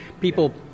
people